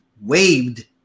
waved